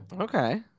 Okay